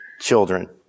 children